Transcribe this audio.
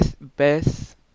Best